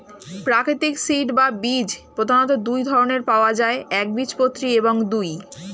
প্রাকৃতিক সিড বা বীজ প্রধানত দুই ধরনের পাওয়া যায় একবীজপত্রী এবং দুই